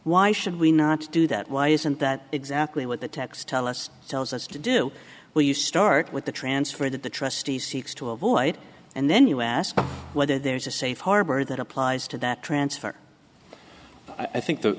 why should we not do that why isn't that exactly what the text tell us tells us to do will you start with the transfer that the trustee seeks to avoid and then you ask whether there's a safe harbor that applies to that transfer i think th